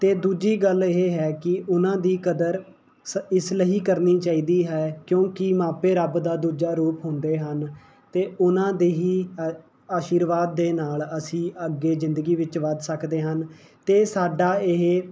ਅਤੇ ਦੂਜੀ ਗੱਲ ਇਹ ਹੈ ਕਿ ਉਨ੍ਹਾਂ ਦੀ ਕਦਰ ਸ ਇਸ ਲਈ ਕਰਨੀ ਚਾਹੀਦੀ ਹੈ ਕਿਉਂਕਿ ਮਾਪੇ ਰੱਬ ਦਾ ਦੂਜਾ ਰੂਪ ਹੁੰਦੇ ਹਨ ਅਤੇ ਉਨ੍ਹਾਂ ਦੇ ਹੀ ਆ ਆਸ਼ੀਰਵਾਦ ਦੇ ਨਾਲ ਅਸੀਂ ਅੱਗੇ ਜ਼ਿੰਦਗੀ ਵਿੱਚ ਵੱਧ ਸਕਦੇ ਹਨ ਅਤੇ ਸਾਡਾ ਇਹ